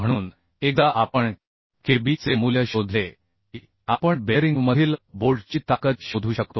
तर एकदा आपण kB चे मूल्य शोधले की आपण बेअरिंगमधील बोल्टची ताकद शोधू शकतो